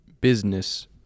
Business